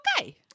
okay